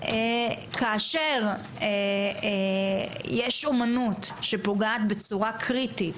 כאשר יש אומנות שפוגעת בצורה קריטית,